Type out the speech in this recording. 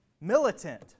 militant